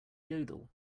yodel